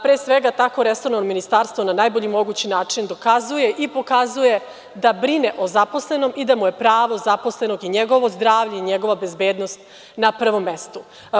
Pre svega, tako resorno ministarstvo na najbolji mogući način dokazuje i pokazuje da brine o zaposlenom i da mu je pravo zaposlenog i njegovo zdravlje, njegova bezbednost na prvom mestu.